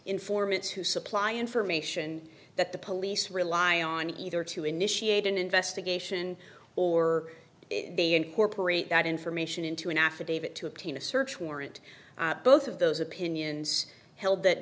informants who supply information that the police rely on either to initiate an investigation or they incorporate that information into an affidavit to obtain a search warrant both of those opinions held that